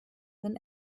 than